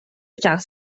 دوچرخه